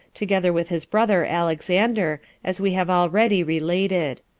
together with his brother alexander, as we have already related.